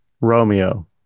Romeo